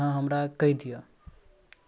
आठ या नओ दस दिन